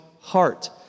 heart